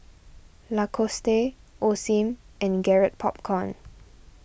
Lacoste Osim and Garrett Popcorn